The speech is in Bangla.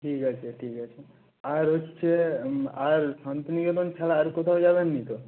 ঠিক আছে ঠিক আছে আর হচ্ছে আর শান্তিনিকেতন ছাড়া আর কোথাও যাবেন না তো